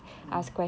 mm